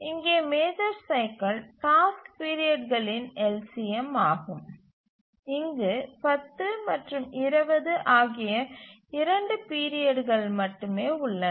இங்கே major cycle task பீரியட்களின் LCM ஆகும் இங்கு 10 மற்றும் 20 ஆகிய 2 பீரியட்கள் மட்டுமே உள்ளன